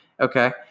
Okay